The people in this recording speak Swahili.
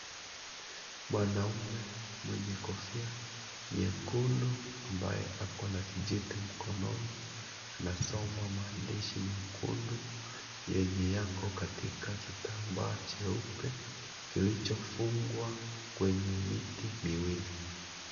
Mwanamme mwenye kofia nyekundu ambaye ako na kijiti mkononi anasoma maandishi mekundu yenye yako katika kitambaa cheupe kilichofungwa kwenye miti miwili.